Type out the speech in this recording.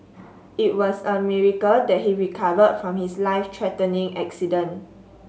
it was a miracle that he recovered from his life threatening accident